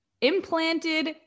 implanted